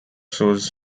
shows